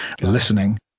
listening